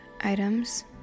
items